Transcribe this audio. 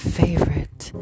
favorite